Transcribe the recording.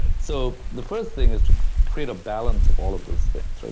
so the first thing is to create a balance of all of those things,